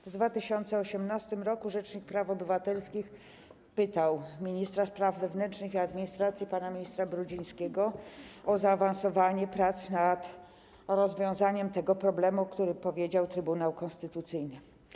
W 2018 r. rzecznik praw obywatelskich pytał ministra spraw wewnętrznych i administracji pana ministra Brudzińskiego o zaawansowanie prac nad rozwiązaniem tego problemu, o którym powiedział Trybunał Konstytucyjny.